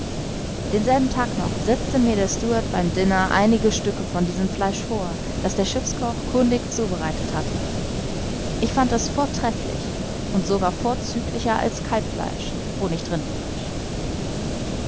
denselben tag noch setzte mir der steward beim diner einige stücke von diesem fleisch vor das der schiffskoch kundig zubereitet hatte ich fand es vortrefflich und sogar vorzüglicher als kalbfleisch wo nicht rindfleisch